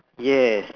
yes